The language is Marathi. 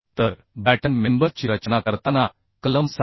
तर बॅटन मेंबर ची रचना करताना कलम 7